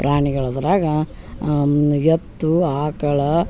ಪ್ರಾಣಿಗಳು ಅದ್ರಾಗ ಎತ್ತು ಆಕಳ